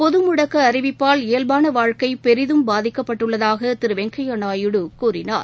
பொது முடக்க அறிவிப்பால் இயல்பான வாழ்க்கை பெரிதும் பாதிக்கப்பட்டுள்ளதாக திரு வெங்கையா நாயுடு கூறினார்